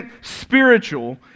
spiritual